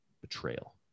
betrayal